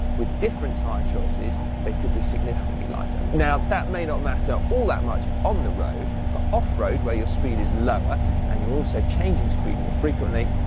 with different tyre choices they could be significantly lighter. now that may not matter all that much on the road, but off-road, where your speed is lower and you're also changing speed more frequently,